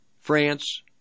France